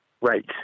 Right